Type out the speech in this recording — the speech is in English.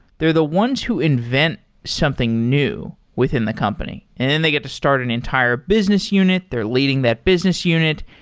they're the ones who invent something new within the company then and they get to start an entire business unit. they're leading that business unit.